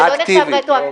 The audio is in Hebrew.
זה לא נחשב רטרואקטיבית,